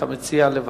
אתה מציע לוועדה,